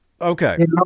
Okay